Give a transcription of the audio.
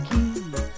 Keys